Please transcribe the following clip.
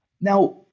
Now